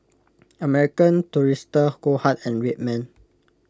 American Tourister Goldheart and Red Man